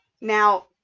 Now